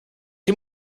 too